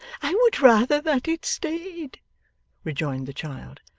i would rather that it staid rejoined the child.